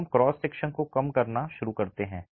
तो हम cross section को कम करना शुरू करते हैं